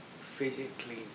physically